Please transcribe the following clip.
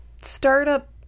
startup